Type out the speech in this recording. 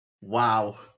Wow